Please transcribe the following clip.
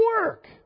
work